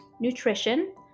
nutrition